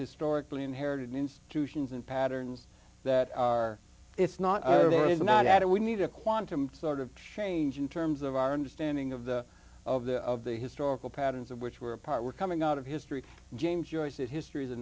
historically inherited institutions and patterns that are it's not there is not at it we need a quantum sort of change in terms of our understanding of the of the of the historical patterns of which were a part were coming out of history james joyce's history is a